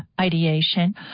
ideation